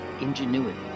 ingenuity